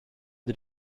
did